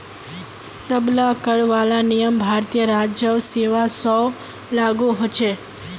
सब ला कर वाला नियम भारतीय राजस्व सेवा स्व लागू होछे